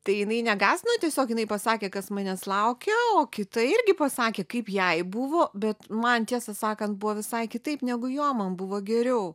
tai jinai negąsdino tiesiog jinai pasakė kas manęs laukia o kita irgi pasakė kaip jai buvo bet man tiesą sakant buvo visai kitaip negu jom man buvo geriau